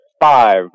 five